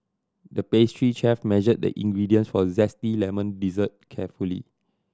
the pastry chef measured the ingredients for a zesty lemon dessert carefully